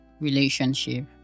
relationship